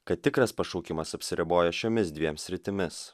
kad tikras pašaukimas apsiriboja šiomis dviem sritimis